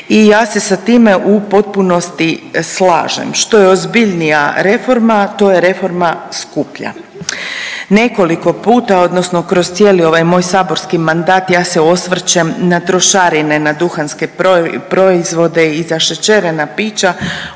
i ja se sa time u potpunosti slažem. Što je ozbiljnija reforma to je reforma skuplja. Nekoliko puta, odnosno kroz cijeli ovaj moj saborski mandat ja se osvrćem na trošarine na duhanske proizvode i zašećerena pića